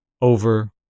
over